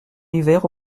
l’hiver